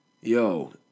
yo